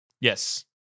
Yes